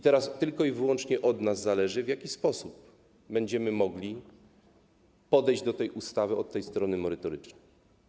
Teraz tylko i wyłącznie od nas zależy, w jaki sposób będziemy mogli podejść do niej od tej strony merytorycznej.